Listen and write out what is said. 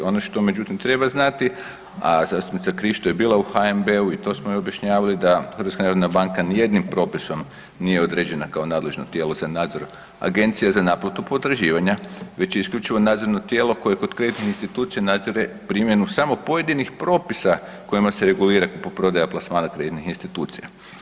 Ono što međutim treba znati, a zastupnica Krišto je bila u HNB-u i to smo joj objašnjavali da HNB nijednim propisom nije određena kao nadležno tijelo za nadzor Agencije za naplatu potraživanja već je isključivo nadzorno tijelo koje kod kreditnih institucija nadzire primjenu samo pojedinih propisa kojima se regulira prodaja plasmana kreditnih institucija.